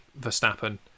Verstappen